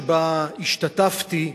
שבה השתתפתי,